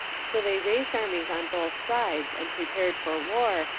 so they raised armies on both sides, and prepared for war,